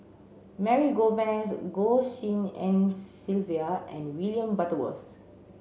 Mary Gomes Goh Tshin En Sylvia and William Butterworth